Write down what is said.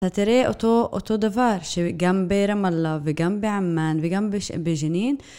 אתה תראה אותו דבר שגם ברמאללה וגם בעמאן וגם בג'נין